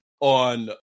on